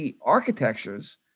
architectures